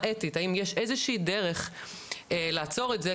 אתית - האם יש איזושהי דרך לעצור את זה,